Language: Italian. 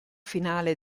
finale